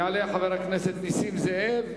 יעלה חבר הכנסת נסים זאב,